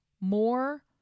more